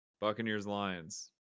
Buccaneers-Lions